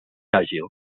àgil